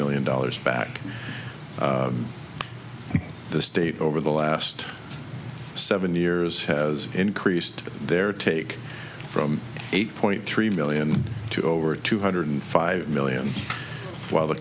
million dollars back to the state over the last seven years has increased their take from eight point three million to over two hundred five million while the